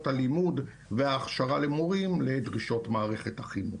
הלימוד וההכשרה למורים לדרישות מערכת החינוך.